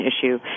issue